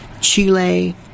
Chile